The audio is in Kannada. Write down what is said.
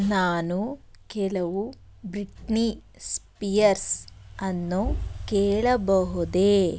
ನಾನು ಕೆಲವು ಬ್ರಿಟ್ನಿ ಸ್ಪಿಯರ್ಸನ್ನು ಕೇಳಬಹುದೇ